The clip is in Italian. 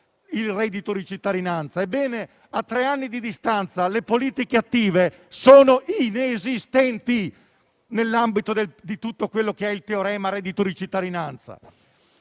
il reddito di cittadinanza. Ebbene, a tre anni di distanza le politiche attive sono inesistenti, nell'ambito di tutto quello che è il teorema sul reddito di cittadinanza.